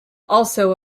also